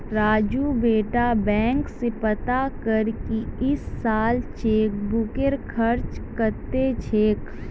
राजू बेटा बैंक स पता कर की इस साल चेकबुकेर खर्च कत्ते छेक